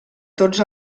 tots